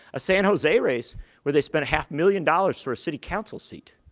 a san jose race where they spent half million dollars for a city council seat.